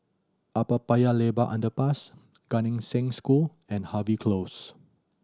Upper Paya Lebar Underpass Gan Eng Seng School and Harvey Close